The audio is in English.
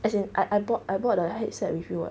as in I I bought I bought the headset with you